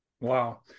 Wow